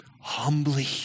humbly